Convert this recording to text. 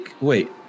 Wait